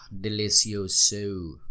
delicioso